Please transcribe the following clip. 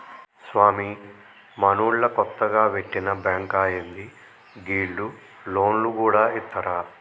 స్వామీ, మనూళ్ల కొత్తగ వెట్టిన బాంకా ఏంది, గీళ్లు లోన్లు గూడ ఇత్తరా